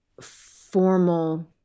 formal